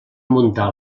muntar